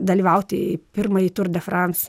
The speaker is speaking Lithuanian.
dalyvauti į pirmąjį tour de france